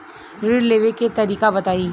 ऋण लेवे के तरीका बताई?